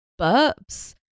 burps